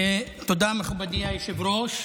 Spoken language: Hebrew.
תודה, מכובדי היושב-ראש.